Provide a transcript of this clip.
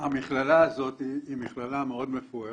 המכללה הזאת היא מכללה מאוד מפוארת,